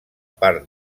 part